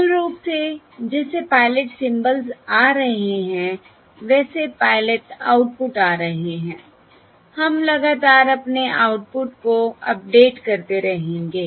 मूल रूप से जैसे पायलट सिंबल्स आ रहे हैं वैसे पायलट आउटपुट आ रहे हैं हम लगातार अपने अनुमान को अपडेट करते रहेंगे